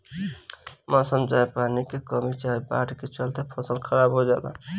मौसम चाहे पानी के कमी चाहे बाढ़ के चलते फसल खराब हो जला